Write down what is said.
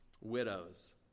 widows